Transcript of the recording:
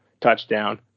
touchdown